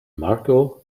marco